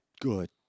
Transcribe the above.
Good